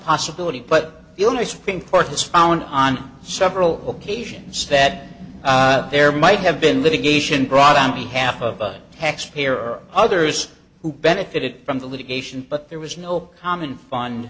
possibility but the only supreme court has found on several occasions that there might have been living asian brought on behalf of a taxpayer others who benefited from the litigation but there was no common fun